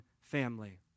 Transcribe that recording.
family